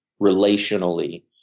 relationally